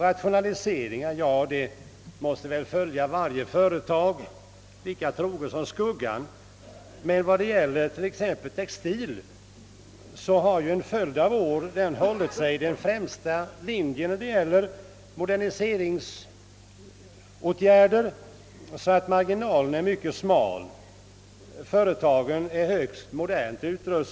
Rationalisering måste väl följa varje företag lika troget som skuggan, och vad gäller textil har denna bransch under en följd av år hållit sig i främsta ledet vad beträffar moderniseringsåtgärder. Utrymmet för ytterligare rationaliseringar är alltså mycket litet.